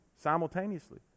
simultaneously